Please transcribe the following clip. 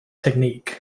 technique